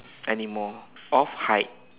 anymore of height